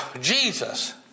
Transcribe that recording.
Jesus